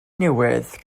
newydd